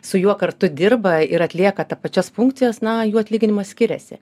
su juo kartu dirba ir atlieka ta pačias funkcijas na jų atlyginimas skiriasi